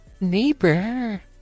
Neighbor